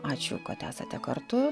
ačiū kad esate kartu